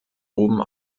oben